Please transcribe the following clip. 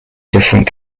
different